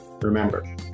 remember